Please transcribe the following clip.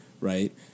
right